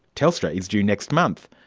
telstra is due next month.